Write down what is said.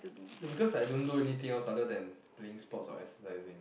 no because I don't do anything else other than playing sports or exercising